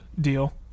deal